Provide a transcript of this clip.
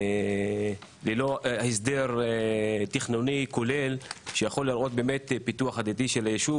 בנה ללא הסדר תכנוני כולל שיכול לראות באמת פיתוח עתידי של היישוב,